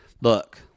Look